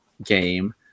game